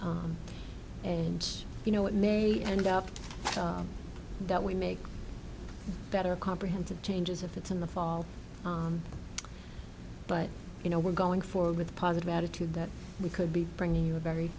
life and you know it may end up that we make better comprehensive changes if it's in the fall but you know we're going forward with a positive attitude that we could be bringing you a very